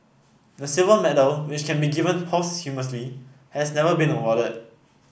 the silver medal which can be given posthumously has never been awarded